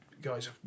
guys